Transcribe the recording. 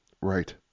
Right